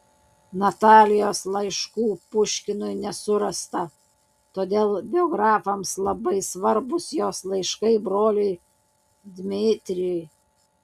natalijos laiškų puškinui nesurasta todėl biografams labai svarbūs jos laiškai broliui dmitrijui